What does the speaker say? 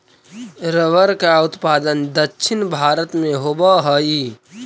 rubber का उत्पादन दक्षिण भारत में होवअ हई